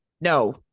No